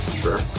sure